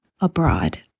abroad